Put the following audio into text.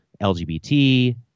LGBT